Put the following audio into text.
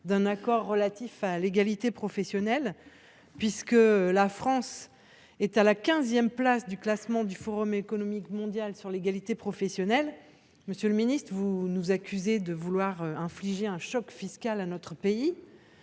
d’un accord relatif à l’égalité professionnelle. La France est en effet à la quinzième place du classement du Forum économique mondial sur l’égalité professionnelle. Monsieur le ministre, soit vous nous accusez de vouloir infliger un choc fiscal à notre pays,